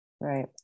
right